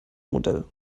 modell